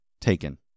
taken